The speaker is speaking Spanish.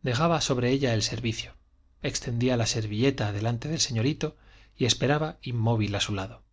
dejaba sobre ella el servicio extendía la servilleta delante del señorito y esperaba inmóvil a su lado